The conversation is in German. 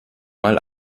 mal